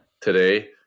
today